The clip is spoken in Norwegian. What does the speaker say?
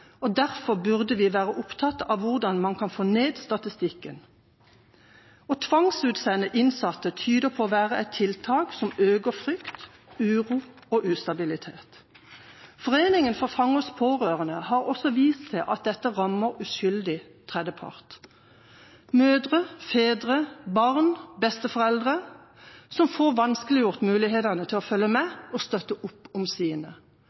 og derfor burde vi være opptatt av hvordan man kan få ned statistikken. Å tvangsutsende innsatte tyder på å være et tiltak som øker frykt, uro og ustabilitet. Foreningen For Fangers Pårørende har også vist til at dette rammer en uskyldig tredje part – mødre, fedre, barn og besteforeldre – som får vanskeliggjort mulighetene til å følge med og støtte opp om sine.